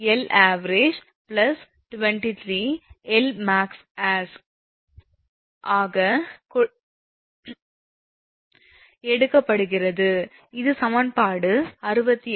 𝐿𝑒 𝐿𝑎𝑣𝑔23 𝐿𝑚𝑎𝑥 as ஆக எடுக்கப்படுகிறது இது சமன்பாடு 68